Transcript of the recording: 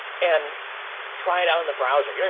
and try it out in the browser.